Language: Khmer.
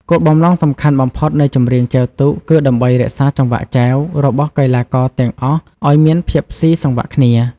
គោលបំណងសំខាន់បំផុតនៃចម្រៀងចែវទូកគឺដើម្បី រក្សាចង្វាក់ចែវ របស់កីឡាករទាំងអស់ឲ្យមានភាពស៊ីសង្វាក់គ្នា។